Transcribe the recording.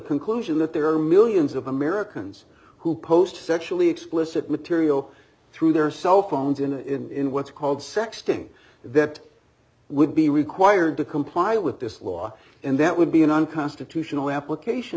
conclusion that there are millions of americans who post sexually explicit material through their cell phones in what's called sexting that would be required to comply with this law and that would be an unconstitutional application